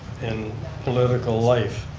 in political life.